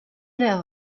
der